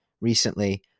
recently